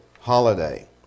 holiday